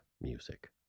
music